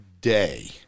day